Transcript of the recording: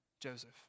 Joseph